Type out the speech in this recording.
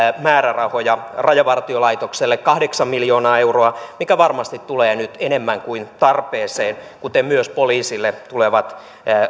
määrärahoja rajavartiolaitokselle kahdeksan miljoonaa euroa mikä varmasti tulee nyt enemmän kuin tarpeeseen kuten myös poliisille tulevat